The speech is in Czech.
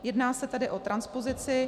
Jedná se tedy o transpozici.